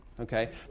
Okay